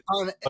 on